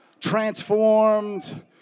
transformed